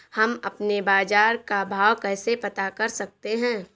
हम अपने बाजार का भाव कैसे पता कर सकते है?